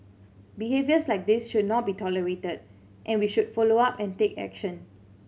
behaviours like this should not be tolerated and we should follow up and take action